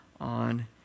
on